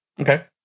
Okay